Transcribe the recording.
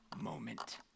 moment